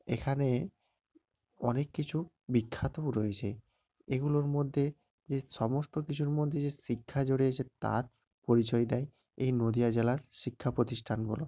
এখানে অনেক কিছু বিখ্যাতও রয়েছে এগুলোর মধ্যে যে সমস্ত কিছুর মধ্যে যে শিক্ষা জড়িয়েছে তার পরিচয় দেয় এই নদিয়া জেলার শিক্ষা প্রতিষ্ঠানগুলো